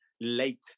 late